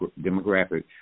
demographic